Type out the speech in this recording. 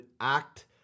act